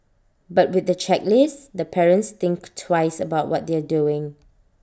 but with the checklist the parents think twice about what they are doing